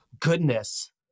goodness